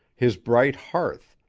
his bright hearth,